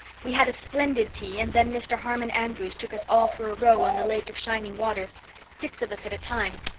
we had a splendid tea and then mr. harmon andrews took us all for a row on the lake of shining waters six of us at a time.